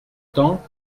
temps